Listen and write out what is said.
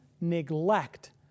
neglect